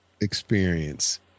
experience